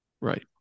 Right